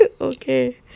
Okay